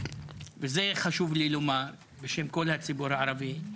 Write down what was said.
וזה חשוב לי לומר בשם כל הציבור הערבי,